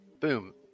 Boom